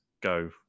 go